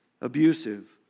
abusive